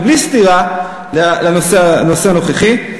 ובלי סתירה לנושא הנוכחי.